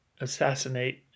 assassinate